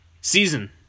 season